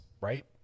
right